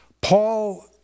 Paul